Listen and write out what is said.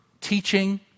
teaching